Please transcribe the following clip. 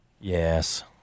Yes